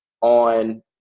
on